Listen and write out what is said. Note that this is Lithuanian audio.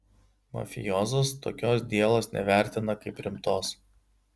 mafijozas tokios dielos nevertina kaip rimtos